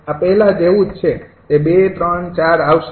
આ પહેલા જેવુ જ તે ૨ ૩ ૪ આવશે